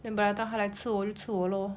then by the time 他来吃我就吃我咯